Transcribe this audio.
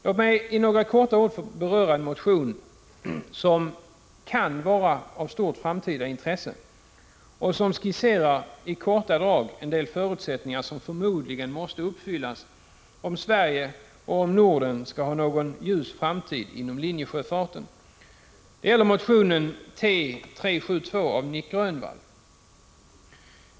Låt mig med några ord beröra en motion, som kan vara av ett stort framtida intresse och som skisserar, i korta drag, en del förutsättningar som förmodligen måste uppfyllas om Sverige och Norden skall ha någon ljus framtid inom linjesjöfarten. Det gäller motion T372 av Nic Grönvall.